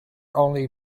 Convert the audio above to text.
only